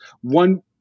one